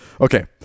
Okay